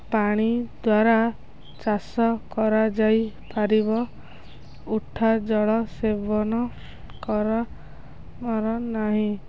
ପାଣି ଦ୍ୱାରା ଚାଷ କରାଯାଇପାରିବ ଉଠା ଜଳ ସେବନ କର କର ନାହିଁ